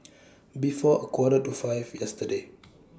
before A Quarter to five yesterday